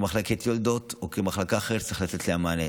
כמחלקת יולדות או מחלקה אחרת שצריך לתת להן מענה.